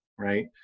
Right